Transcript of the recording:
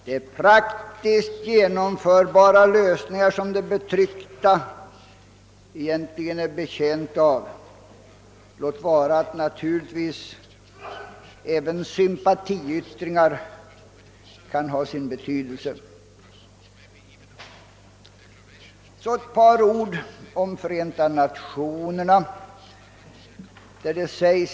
Det är praktiskt genomförbara lösningar som de betryckta egentligen är betjänta av, låt vara att naturligtvis även sympatiyttringar kan ha sin betydelse. Så ett par ord om Förenta Nationerna.